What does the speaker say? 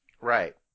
Right